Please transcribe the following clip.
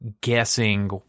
guessing